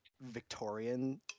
victorian